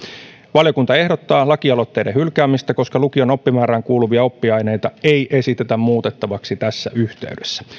valiokunta ehdottaa lakialoitteiden hylkäämistä koska lukion oppimäärään kuuluvia oppiaineita ei esitetä muutettavaksi tässä yhteydessä